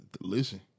Listen